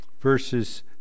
verses